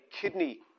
kidney